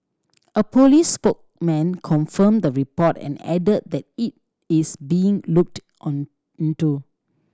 a police spokesman confirmed the report and added that it is being looked on into